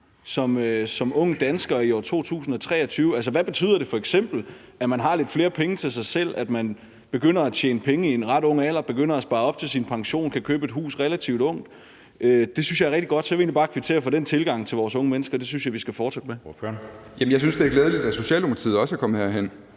som ung dansker i år 2023. Altså, hvad betyder det f.eks., at man har lidt flere penge til sig selv, at man begynder at tjene penge i en ret ung alder og begynder at spare op til sin pension, og at man kan købe et hus i en relativt ung alder? Det synes jeg er rigtig godt. Så jeg vil egentlig bare kvittere for at have den tilgang til vores unge mennesker – det synes jeg vi skal fortsætte med. Kl. 11:39 Anden næstformand (Jeppe Søe): Ordføreren.